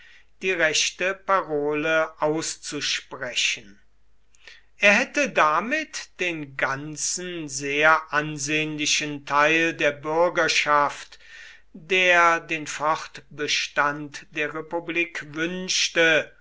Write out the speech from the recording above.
die rechte parole auszusprechen er hätte damit den ganzen sehr ansehnlichen teil der bürgerschaft der den fortbestand der republik wünschte